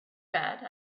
bad